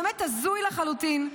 באמת הזוי לחלוטין.